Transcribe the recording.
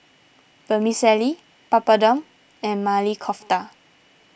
Vermicelli Papadum and Maili Kofta